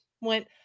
went